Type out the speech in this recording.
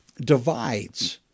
divides